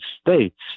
States